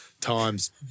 Times